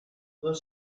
todos